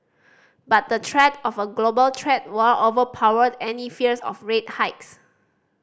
but the threat of a global trade war overpowered any fears of rate hikes